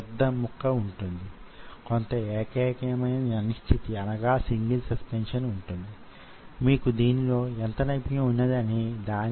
అందువలన నేను దానిని fc అని పిలిస్తే అది గుండె లేక కార్డియాక్ కండరం లో f skm cm